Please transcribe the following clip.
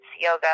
yoga